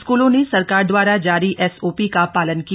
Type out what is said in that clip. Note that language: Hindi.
स्कूलों ने सरकार दवारा जारी एसओपी का पालन किया